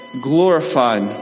Glorified